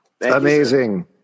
Amazing